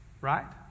Right